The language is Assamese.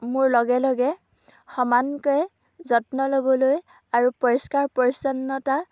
মোৰ লগে লগে সমানকৈয়ে যত্ন ল'বলৈ আৰু পৰিষ্কাৰ পৰিচ্ছন্নতা